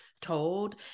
told